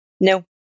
No